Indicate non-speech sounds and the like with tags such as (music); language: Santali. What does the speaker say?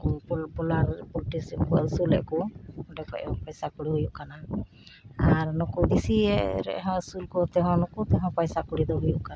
ᱩᱱᱠᱩ (unintelligible) ᱵᱚᱭᱞᱟᱨ ᱯᱚᱞᱴᱨᱤ ᱥᱤᱢᱵᱚ ᱟᱹᱥᱩᱞᱮᱫ ᱠᱚ ᱚᱸᱰᱮ ᱠᱷᱚᱡᱦᱚ ᱯᱚᱭᱥᱟ ᱠᱩᱲᱤ ᱦᱩᱭᱩᱜ ᱠᱟᱱᱟ ᱟᱨ ᱱᱩᱠᱩ ᱫᱮᱥᱤ ᱨᱮᱦᱚᱸ ᱟᱹᱥᱩᱞᱠᱚ ᱛᱮᱦᱚᱸ ᱱᱩᱠᱩᱛᱮ ᱦᱚᱸ ᱯᱟᱭᱥᱟ ᱠᱩᱲᱤᱫᱚ ᱦᱩᱭᱩᱜ ᱠᱟᱱᱟ